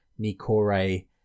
Nikore